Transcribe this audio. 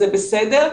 זה בסדר.